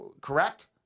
correct